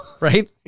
Right